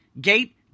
gate